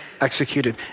executed